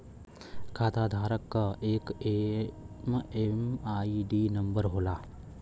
खाताधारक क एक एम.एम.आई.डी नंबर होला